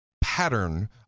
pattern